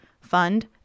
fund